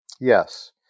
Yes